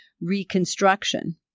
reconstruction